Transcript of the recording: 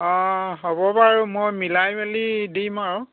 অঁ হ'ব বাৰু মই মিলাই মেলি দিম আৰু